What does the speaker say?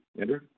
andrew